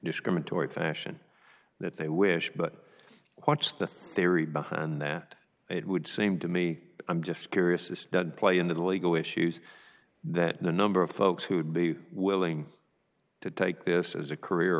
discriminatory fashion that they wish but watch the theory behind that it would seem to me i'm just curious is that play into the legal issues that the number of folks who would be willing to take this as a career